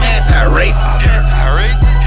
Anti-racist